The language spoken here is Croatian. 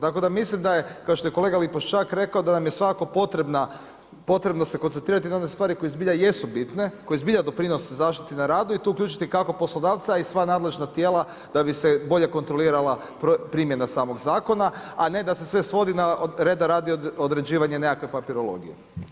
Tako da mislim, da je, kao što je kolega Lipoščak rekao, da nam je svakako potrebno se koncentrirati na one stvari koje zbilja jesu bitne, koje zbilja doprinose zaštiti na radu i tu uključiti kako poslodavca i sva nadležna tijela da bi se bolje kontrolirala primjena samog zakona, a ne da se sve svodi, na reda radi određivanje nekakve papirologije.